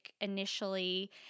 initially